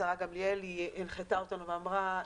השרה גמליאל, היא הנחתה אותנו ואמרה: